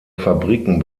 fabriken